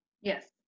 Yes